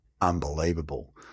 unbelievable